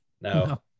No